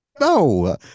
No